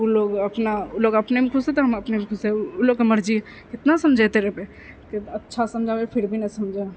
ओ लोक अपना ओ लोक अपनेमे खुश छै तऽ हमलोग अपनेमे खुश छी ओ लोक के मर्जी कितना समझाबिते रहबै अच्छासँ समझाबिए फिर भी नहि समझै हइ